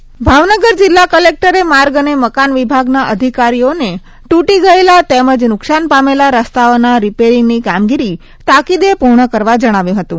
રસ્તા સમારકામ ભાવનગર જીલ્લાકલેક્ટર માર્ગ અને મકાન વિભાગના અધિકારીશ્રીઓને ટુટી ગયેલા તેમજ નુકશાન પામેલા રસ્તાઓના રિપેરિંગની કામગીરી તાકીદે પુર્ણ કરવા જણાવાયું હતું